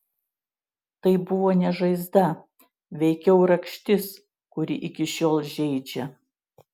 tai buvo ne žaizda veikiau rakštis kuri iki šiol žeidžia